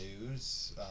news